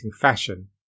fashion